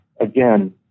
again